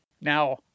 Now